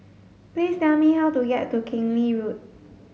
please tell me how to get to Keng Lee Road